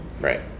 Right